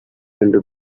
into